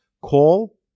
call